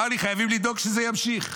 הוא אמר לי: חייבים לדאוג שזה ימשיך.